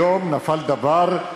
היום נפל דבר,